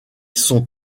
sont